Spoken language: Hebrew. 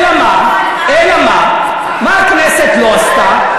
אלא מה, מה הכנסת לא עשתה?